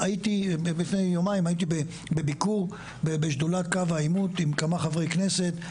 לפני יומיים הייתי בביקור בשדולת קו העימות עם כמה חברי כנסת,